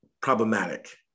problematic